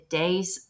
days